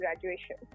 graduation